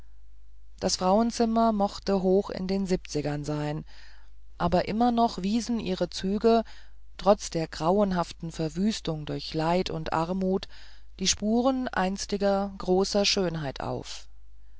das frauenzimmer mochte hoch in den siebzigern sein aber immer noch wiesen ihre züge trotz der grauenhaften verwüstung durch leid und armut die spuren einstiger großer schönheit auf